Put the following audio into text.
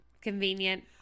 convenient